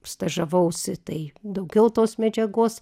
stažavausi tai daugiau tos medžiagos